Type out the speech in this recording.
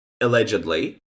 allegedly